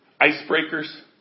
icebreakers